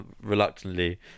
reluctantly